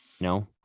no